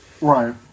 Right